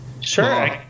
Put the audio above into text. Sure